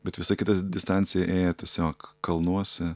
bet visa kita distancija ėja tiesiog kalnuose